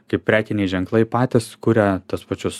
kaip prekiniai ženklai patys kuria tuos pačius